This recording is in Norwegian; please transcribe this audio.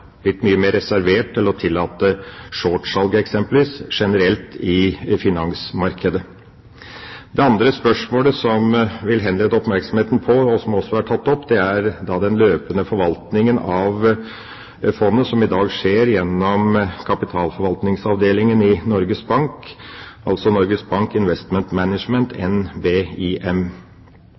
blitt mye mer reservert med å tillate f.eks. shortsalg. Det andre spørsmålet som jeg vil henlede oppmerksomheten på, og som også har vært tatt opp, er den løpende forvaltningen av fondet som i dag skjer gjennom kapitalforvaltningsavdelingen i Norges Bank, altså Norges Bank Investment Management,